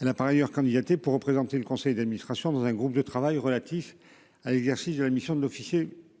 Elle a par ailleurs candidaté pour représenter le conseil d'administration dans un groupe de travail relatif à l'exercice de la mission de l'officier